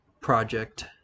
project